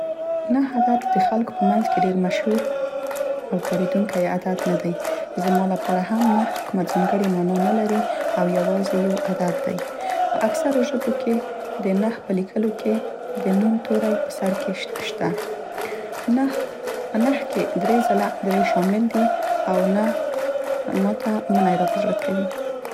نهه عدد د خلکو په منځ کې ډير مشهور او کاریدونکی عدد نه دی. زما لپاره هم نهه کومه ځانګړې معنا نه لري او یوازې یو عدد دی. په اکثرو ژبو کې د نهه په لیکلو کې د نون توري په سر کې شته. نهه. په نهه کې کې دری ځله دری شامل دي او نهه ماته منی را په زړه کوي.